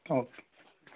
okay